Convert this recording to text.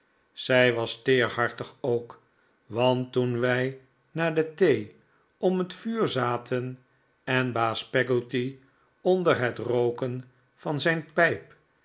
zij was teerhartig ook want toen wij na de thee om het vuur zaten en baas peggotty onder het rooken van zijn pijp